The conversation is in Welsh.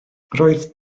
roedd